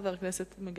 חבר הכנסת רוברט טיבייב,